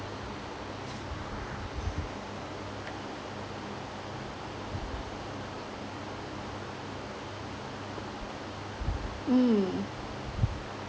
mm